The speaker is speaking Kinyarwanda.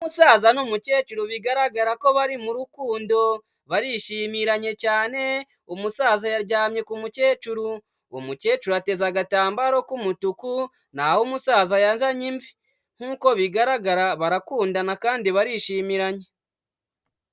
Umusaza n'umukecuru bigaragara ko bari mu rukundo, barishimiranye cyane, umusaza yaryamye ku mukecuru, umukecuru ateza agatambaro k'umutuku, na ho umusaza yazanye imvi, nk'uko bigaragara barakundana kandi barishimiranye.